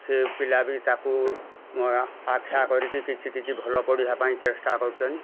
ସେ ପିଲା ବି ତାକୁ ଆଖ୍ୟା କରିକି କିଛି କିଛି ଭଲ ପଢ଼ିବା ପାଇଁ ଚେଷ୍ଟା କରୁଛନ୍ତି